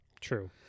True